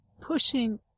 pushing